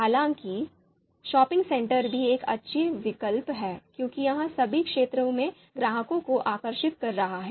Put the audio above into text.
हालांकि shopping centre भी एक अच्छा विकल्प है क्योंकि यह सभी क्षेत्रों में ग्राहकों को आकर्षित कर रहा है